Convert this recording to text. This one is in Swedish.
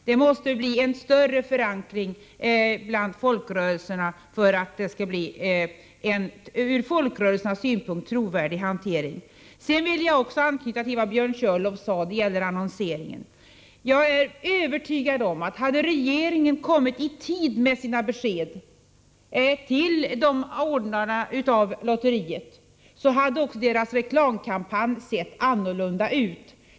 Det måste bli en större förankring bland folkrörelserna för att det skall bli en ur folkrörelsernas synpunkt trovärdig handläggning. Slutligen vill jag anknyta till vad Björn Körlof sade beträffande annonseringen. Jag är övertygad om att hade regeringen kommit i tid med sina besked till anordnarna av lotteriet, så hade deras reklamkampanj sett annorlunda ut.